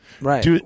Right